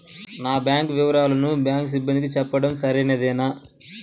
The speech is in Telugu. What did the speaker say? నా బ్యాంకు వివరాలను బ్యాంకు సిబ్బందికి చెప్పడం సరైందేనా?